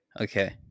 okay